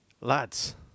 Lads